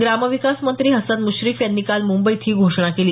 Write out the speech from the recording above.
ग्रामविकास मंत्री हसन मुश्रीफ यांनी काल मुंबईत ही घोषणा केली